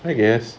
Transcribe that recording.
I guess